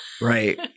Right